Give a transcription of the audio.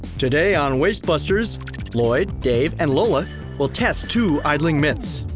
today on wastebusters lloyd, dave and lola will test two idling myths.